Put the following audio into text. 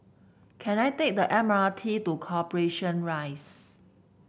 can I take the M R T to Corporation Rise